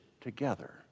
together